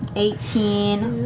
eighteen,